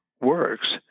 works